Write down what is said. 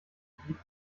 bieten